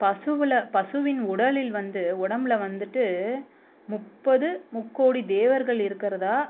பசுவில் பசுவின் உடலில் வந்து உடம்பில் வந்துட்டு முப்பது முக்கோடி தேவர்கள் இருக்கிறதா